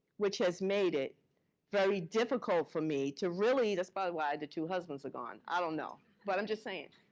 which has made it very difficult for me to really. that's probably why the two husbands are gone. i don't know, but i'm just saying.